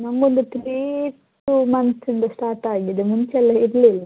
ನಂಗೊಂದು three two months ಇಂದ start ಆಗಿದೆ ಮುಂಚೆ ಎಲ್ಲ ಇರಲಿಲ್ಲ